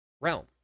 realm